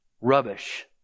Rubbish